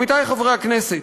עמיתיי חברי הכנסת,